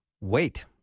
wait